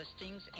listings